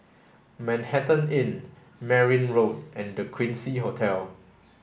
Manhattan Inn Merryn Road and The Quincy Hotel